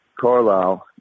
Carlisle